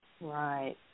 right